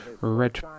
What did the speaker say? Red